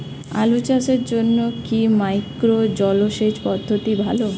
আলু চাষের জন্য কি মাইক্রো জলসেচ পদ্ধতি ভালো?